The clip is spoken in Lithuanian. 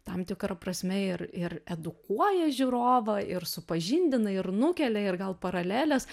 tam tikra prasme ir ir edukuoja žiūrovą ir supažindina ir nukelia ir gal paraleles